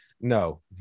no